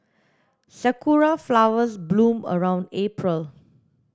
sakura flowers bloom around April